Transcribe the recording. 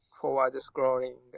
forward-scrolling